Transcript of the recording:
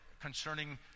concerning